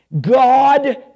God